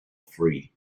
free